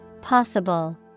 Possible